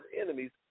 enemies